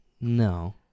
No